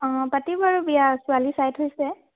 অঁ পাতিব আৰু বিয়া ছোৱালী চাই থৈছে